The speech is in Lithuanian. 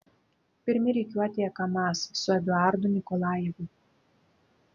pirmi rikiuotėje kamaz su eduardu nikolajevu